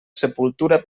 sepultura